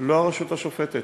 לא הרשות השופטת.